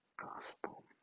gospel